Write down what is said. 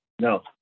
no